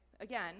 again